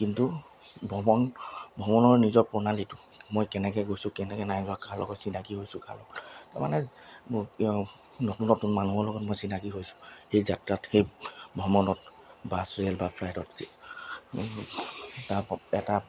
কিন্তু ভ্ৰমণ ভ্ৰমণৰ নিজৰ প্ৰণালীটো মই কেনেকৈ গৈছোঁ কেনেকৈ নাইযোৱা কাৰ লগত চিনাকি হৈছোঁ কাৰ লগত তাৰমানে নতুন নতুন মানুহৰ লগত মই চিনাকি হৈছোঁ সেই যাত্ৰাত সেই ভ্ৰমণত বাছ ৰেল বা ফ্লাইটত এটা এটা